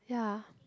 ya